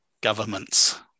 governments